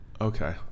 Okay